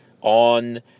on